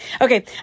Okay